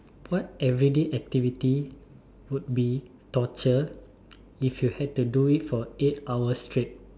what everyday activity would be torture if you had to do it for eight hours straight